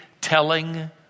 telling